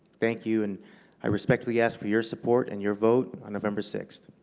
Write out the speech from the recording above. thank you. and i respectfully ask for your support and your vote on november sixth.